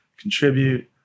contribute